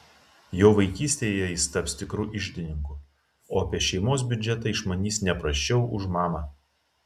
jau vaikystėje jis taps tikru iždininku o apie šeimos biudžetą išmanys ne prasčiau už mamą